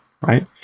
right